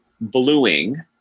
bluing